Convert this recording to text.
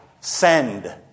send